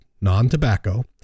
non-tobacco